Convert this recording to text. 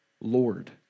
Lord